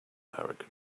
arrogantly